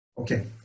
Okay